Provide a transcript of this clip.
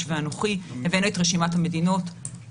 כי יש אנשים שנוסעים למצרים ויש אנשים שנוסעים